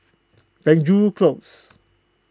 Penjuru Close